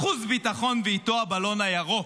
אחוז ביטחון, ואיתו הבלון הירוק.